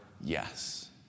yes